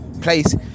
place